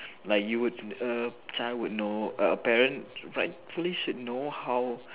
like you would err a child would know err a parent rightfully should know how